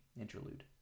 Interlude